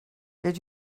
did